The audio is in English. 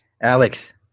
Alex